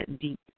deep